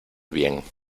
bien